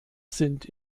sind